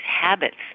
habits